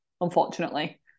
unfortunately